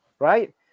right